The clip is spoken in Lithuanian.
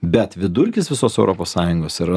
bet vidurkis visos europos sąjungos yra